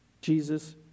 Jesus